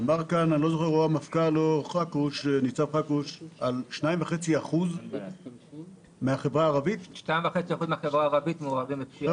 אמר פה או המפכ"ל או ניצב חכרוש על 2.5% מהחברה הערבית מעורבים בפשיעה.